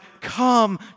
come